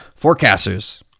forecasters